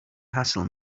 hassle